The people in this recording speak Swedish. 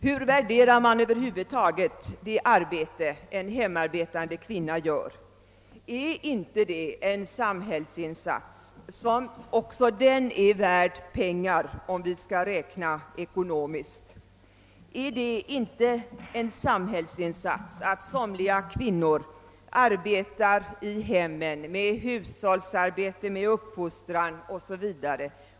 Hur värderar man över huvud taget det arbete en hemarbetande kvinna utför? Är inte det en samhällsinsats som också den är värd pengar, om vi skall räkna ekonomiskt? Är det inte en samhällsinsats som somliga kvinnor gör när de arbetar i hemmet med hushållsarbete, med uppfostran o.s.v.?